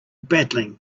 battling